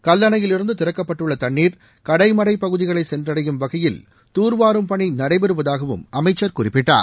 கல்லணையிலிருந்து திறக்கப்பட்டுள்ள தண்ணீர் கடைமடைப் பகுதிகளை சென்றடையும் வகையில் தூர்வாரும் பணி நடைபெறுவதாகவும் அமைச்சர் குறிப்பிட்டார்